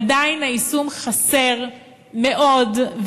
עדיין היישום חסר מאוד,